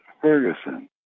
Ferguson